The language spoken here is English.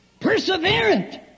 perseverant